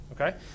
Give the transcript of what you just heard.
okay